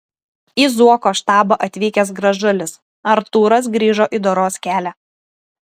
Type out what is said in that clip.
į zuoko štabą atvykęs gražulis artūras grįžo į doros kelią